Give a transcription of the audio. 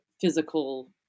physical